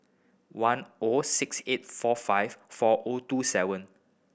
one O six eight four five four O two seven